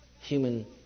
Human